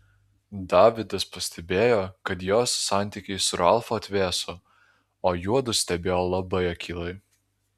davidas pastebėjo kad jos santykiai su ralfu atvėso o juodu stebėjo labai akylai